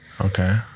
Okay